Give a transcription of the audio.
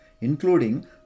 including